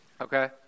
Okay